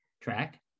track